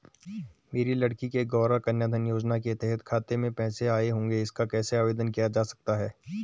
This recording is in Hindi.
मेरी लड़की के गौंरा कन्याधन योजना के तहत खाते में पैसे आए होंगे इसका कैसे आवेदन किया जा सकता है?